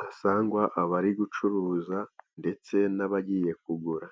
hasangwa abari gucuruza ndetse n'abagiye kugura.